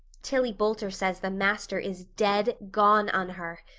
tillie boulter says the master is dead gone on her.